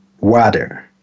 water